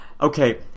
Okay